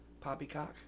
Poppycock